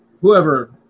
whoever